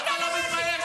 אתה לא מתבייש?